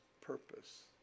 purpose